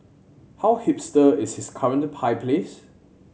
how hipster is his current pie place